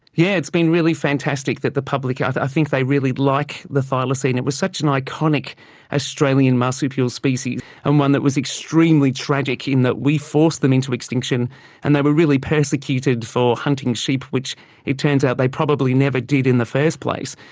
yeah it's been really fantastic that the public, i think they really like the thylacine. it was such an iconic australian marsupial species and one that was extremely tragic in that we forced them into extinction and they were really persecuted for hunting sheep, which it turns out they probably never did in the first place.